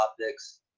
topics